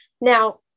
Now